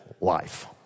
life